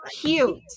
cute